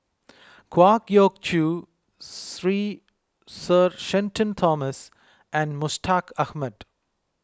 Kwa Geok Choo three Sir Shenton Thomas and Mustaq Ahmad